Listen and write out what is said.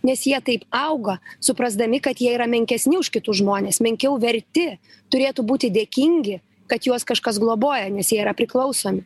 nes jie taip auga suprasdami kad jie yra menkesni už kitus žmones menkiau verti turėtų būti dėkingi kad juos kažkas globoja nes jie yra priklausomi